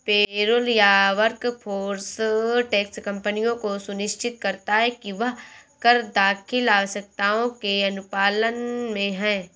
payroll या workforce tax कंपनियों को सुनिश्चित करता है कि वह कर दाखिल आवश्यकताओं के अनुपालन में है